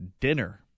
dinner